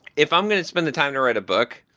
if i'm going to spend a time to write a book,